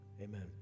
Amen